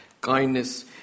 kindness